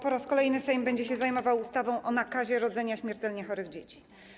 Po raz kolejny Sejm będzie zajmował się ustawą o nakazie rodzenia śmiertelnie chorych dzieci.